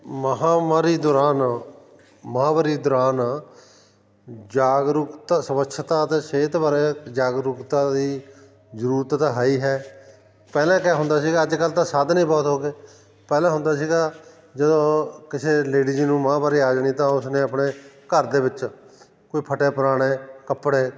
ਮਹਾਂਵਾਰੀ ਦੌਰਾਨ ਮਾਂਹਵਰੀ ਦੌਰਾਨ ਜਾਗਰੂਕਤਾ ਸਵੱਛਤਾ ਅਤੇ ਸਿਹਤ ਬਾਰੇ ਜਾਗਰੂਕਤਾ ਦੀ ਜ਼ਰੂਰਤ ਤਾਂ ਹੈ ਹੀ ਹੈ ਪਹਿਲਾਂ ਕਿਆ ਹੁੰਦਾ ਸੀਗਾ ਅੱਜ ਕੱਲ੍ਹ ਤਾਂ ਸਾਧਨ ਹੀ ਬਹੁਤ ਹੋ ਗਏ ਪਹਿਲਾਂ ਹੁੰਦਾ ਸੀਗਾ ਜਦੋਂ ਕਿਸੇ ਲੇਡੀਜ਼ ਨੂੰ ਮਾਂਹਵਾਰੀ ਆ ਜਾਣੀ ਤਾਂ ਉਸਨੇ ਆਪਣੇ ਘਰ ਦੇ ਵਿੱਚ ਕੋਈ ਫਟਿਆ ਪੁਰਾਣੇ ਕੱਪੜੇ